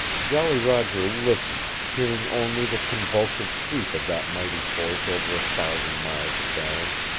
jolly roger listened, hearing only the convulsive sweep of that mighty force over a thousand miles of barren.